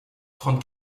trente